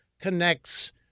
connects